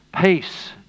peace